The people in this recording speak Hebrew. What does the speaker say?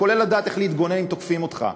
כולל לדעת איך להתגונן אם תוקפים אותך.